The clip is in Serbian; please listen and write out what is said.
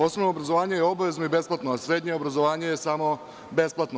Osnovno obrazovanje je obavezno i besplatno, a srednje obrazovanje je samo besplatno.